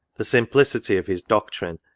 the simplicity of his doctrine,